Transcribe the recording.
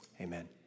Amen